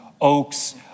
oaks